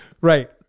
right